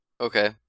okay